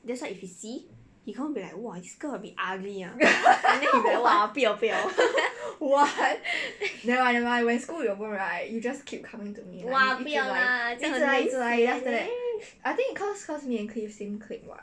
that's why if he see he confirm be like !wah! this girl a bit ugly ah then he'll be like !wah! 不要不要 !wah! 不要 lah 这样很明显 leh